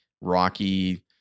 rocky